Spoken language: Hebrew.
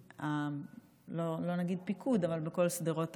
לא נגיד פיקוד, אבל בכל שדרות